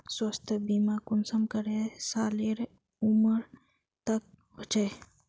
स्वास्थ्य बीमा कुंसम करे सालेर उमर तक होचए?